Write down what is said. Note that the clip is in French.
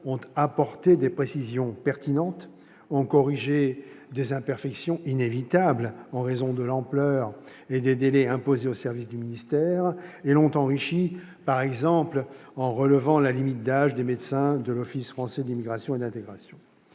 ont apporté des précisions pertinentes, ont corrigé des imperfections, inévitables en raison de l'ampleur du chantier et des délais imposés aux services du ministère, ou ont enrichi les dispositifs, par exemple en relevant la limite d'âge pour les médecins de l'Office français de l'immigration et de l'intégration.